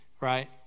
right